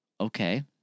Okay